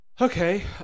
Okay